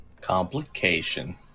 Complication